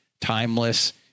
timeless